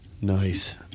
Nice